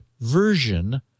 version